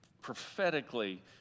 prophetically